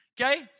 Okay